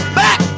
back